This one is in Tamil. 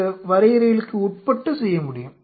இந்த வரையறைகளுக்கு உட்பட்டு செய்ய முடியும்